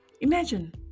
Imagine